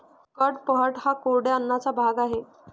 कडपह्नट हा कोरड्या अन्नाचा भाग आहे